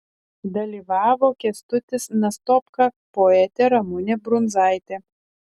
dalyvavo kęstutis nastopka poetė ramunė brundzaitė